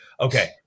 Okay